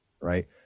right